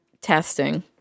testing